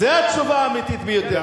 זה התשובה האמיתית.